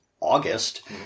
August